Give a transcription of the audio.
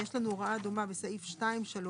יש לנו הוראה דומה בסעיף 2(3)